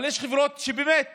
אבל יש חברות שבאמת